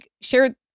share